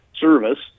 service